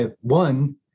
One